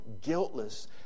guiltless